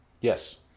Yes